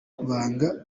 banga